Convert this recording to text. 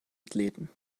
athleten